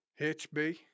HB